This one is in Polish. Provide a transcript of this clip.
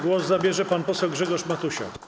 Głos zabierze pan poseł Grzegorz Matusiak.